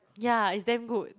yeah is damn good